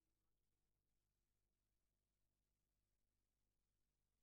וסליחה שאני שואל,